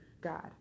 God